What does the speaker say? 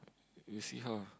you see how